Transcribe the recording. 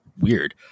weird